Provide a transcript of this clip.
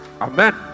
Amen